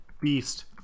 beast